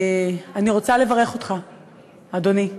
אני רוצה לברך אותך, אדוני.